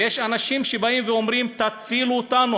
ויש אנשים שבאים ואומרים: תצילו אותנו,